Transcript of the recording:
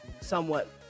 somewhat